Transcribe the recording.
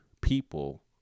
people